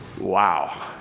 Wow